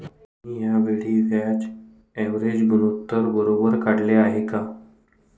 तुम्ही या वेळी व्याज कव्हरेज गुणोत्तर बरोबर काढले आहे का?